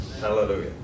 Hallelujah